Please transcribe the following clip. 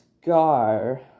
scar